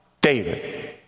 David